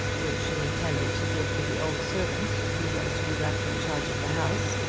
which she intended to give to the old servant who was to be left in charge of the house.